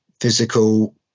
physical